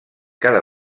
cada